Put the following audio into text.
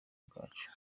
bwacu